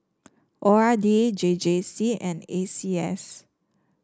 O R D J J C and A C S